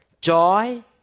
joy